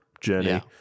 journey